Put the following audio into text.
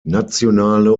nationale